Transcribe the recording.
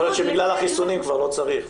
יכול להיות שבגלל החיסונים כבר לא צריך.